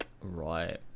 Right